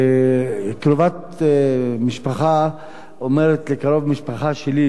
קרובת משפחה אומרת לקרוב משפחה שלי,